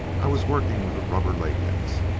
i was working with a rubber latex.